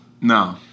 No